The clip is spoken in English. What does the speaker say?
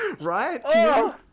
Right